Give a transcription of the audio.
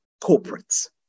corporates